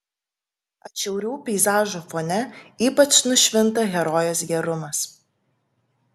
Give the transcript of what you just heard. atšiaurių peizažų fone ypač nušvinta herojės gerumas